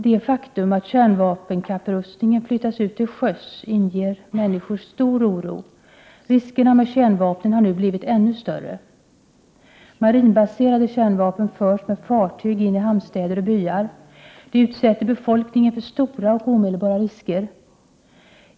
Det faktum att kärnvapenkapprustningen flyttats ut till sjöss inger människor stor oro — riskerna med kärnvapen har nu blivit ännu större. Marinbaserade kärnvapen förs med fartyg in i hamnstäder och byar. Det utsätter befolkningen för stora och omedelbara risker.